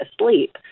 asleep